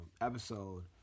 episode